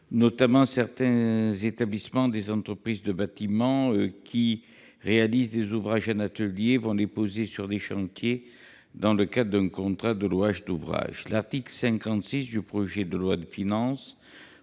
notamment, les établissements des entreprises de bâtiment qui réalisent des ouvrages en atelier et qui vont les poser sur des chantiers, dans le cadre d'un contrat de louage d'ouvrage. L'article 56 du projet de loi de finances